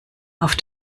auf